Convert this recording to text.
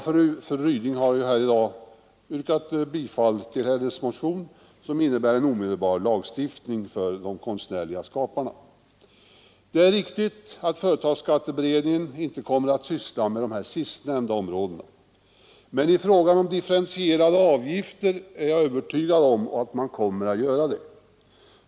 Fru Ryding har i dag yrkat bifall till sin motion, som innebär en omedelbar ändring av lagstiftningen beträffande kulturarbetarna. Det är riktigt att företagsskatteberedningen inte kommer att syssla med de sistnämnda områdena, men de differentierade avgifterna är jag övertygad om att beredningen kommer att ta upp.